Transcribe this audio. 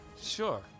Sure